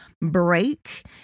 break